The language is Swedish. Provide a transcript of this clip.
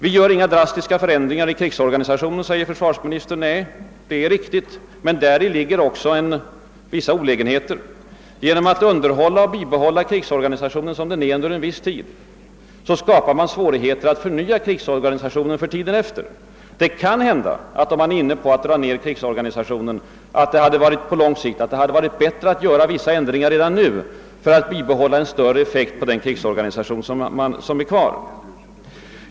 Vi gör inga drastiska förändringar i krigsorganisationen, säger försvarsministern. Nej, det är riktigt. Men det medför också vissa olägenheter. Genom att underhålla och under viss tid bibehålla en krigsorganisation avpassad för en högre kostnadsram skapar man stora svårigheter att sedan ge krigsorganisationen tillräcklig styrka. Om man är inne på tanken att på lång sikt dra ned krigsorganisationen, hade det varit bättre att göra vissa ändringar redan nu för att bibehålla en större effekt på den krigsorganisation som blir kvar.